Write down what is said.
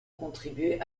contribué